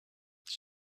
its